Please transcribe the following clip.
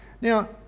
Now